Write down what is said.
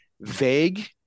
vague